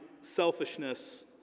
selfishness